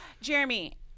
Jeremy